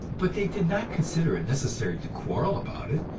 but they did not consider it necessary to quarrel about it,